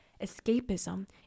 escapism